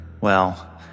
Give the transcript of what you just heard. Well